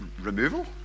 removal